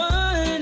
one